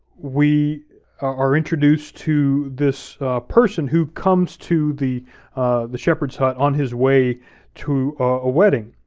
we are introduced to this person who comes to the the shepherd's hut on his way to a wedding.